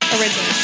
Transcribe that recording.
Original